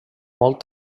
molt